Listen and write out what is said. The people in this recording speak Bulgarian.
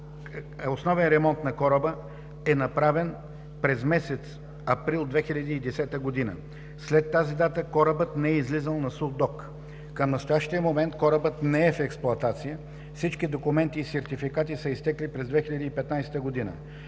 класов ремонт на кораба е направен през месец април 2010 г. След тази дата корабът не е излизал на сух док. Към настоящия момент корабът не е в експлоатация, всички документи и сертификати са изтекли през 2015 г.